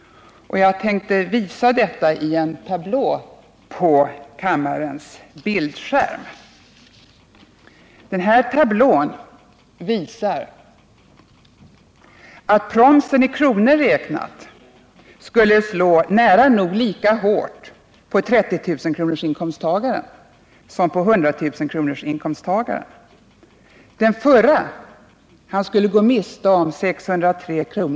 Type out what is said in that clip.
Jag tänkte visa detta i en tablå på kammarens TV-skärm. Tablån visar att promsen i kronor räknat skulle slå nära nog lika hårt på 30 000-kronorsinkomsttagaren som på 100 000-kronorsinkomsttagaren. Den förre skulle gå miste om 603 kr.